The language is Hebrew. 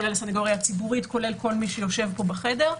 כולל סנגוריה ציבורית וכל מי שיושב פה בחדר.